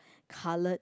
coloured